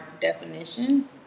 definition